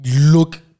look